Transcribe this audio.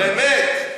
באמת.